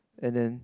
and then